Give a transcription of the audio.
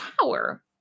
power